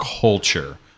culture